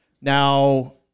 Now